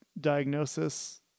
diagnosis